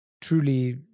truly